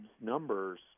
numbers